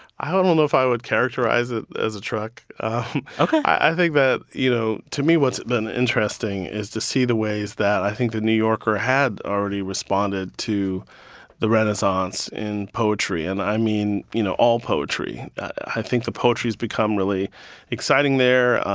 i don't know if i would characterize it as a truck ok i think that, you know, to me what's been interesting is to see the ways that i think the new yorker had already responded to the renaissance in poetry. and i mean, you know, all poetry. i think the poetry has become really exciting there.